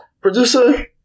Producer